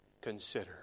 consider